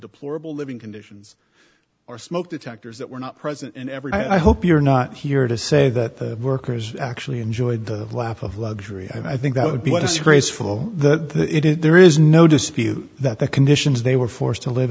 deplorable living conditions or smoke detectors that were not present in every i hope you're not here to say that the workers actually enjoyed the lap of luxury i think that would be a disgraceful the it is there is no dispute that the conditions they were forced to live